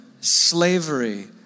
slavery